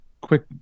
quick